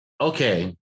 Okay